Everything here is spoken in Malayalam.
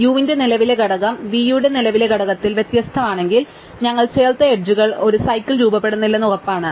uന്റെ നിലവിലെ ഘടകം vയുടെ നിലവിലെ ഘടകത്തിൽ വ്യത്യസ്തമാണെങ്കിൽ ഞങ്ങൾ ചേർത്ത എഡ്ജുകൾ ഒരു സൈക്കിൾ രൂപപ്പെടുന്നില്ലെന്ന് ഉറപ്പാണ്